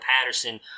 Patterson